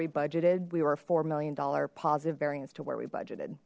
we budgeted we were four million dollar positive variance to where we budgeted